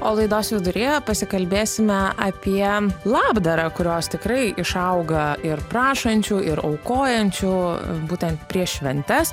o laidos viduryje pasikalbėsime apie labdarą kurios tikrai išauga ir prašančių ir aukojančių būtent prieš šventes